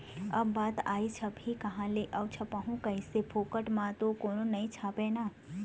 अब बात आइस छपही काँहा ले अऊ छपवाहूँ कइसे, फोकट म तो कोनो नइ छापय ना